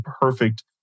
perfect